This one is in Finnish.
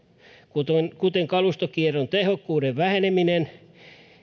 kuten kuten kalustokierron tehokkuuden väheneminen ja